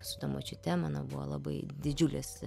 su ta močiute mano buvo labai didžiulis